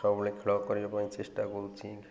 ସବୁବେଳେ ଖେଳ କରିବା ପାଇଁ ଚେଷ୍ଟା କରୁଛି